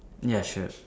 ya sure